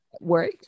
work